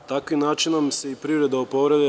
Takvim načinom se i privreda oporavlja.